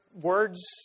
words